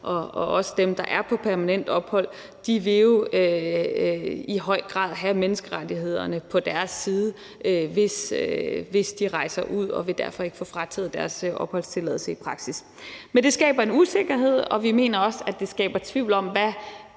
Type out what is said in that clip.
og også dem, der er på permanent ophold, jo i høj grad vil have menneskerettighederne på deres side, hvis de rejser ud, og vil derfor ikke få frataget deres opholdstilladelse i praksis. Men det skaber en usikkerhed, og vi mener også, at det skaber tvivl om, hvad